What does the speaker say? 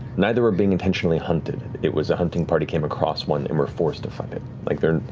neither were being intentionally hunted. it was a hunting party came across one and were forced to fight it. like they're,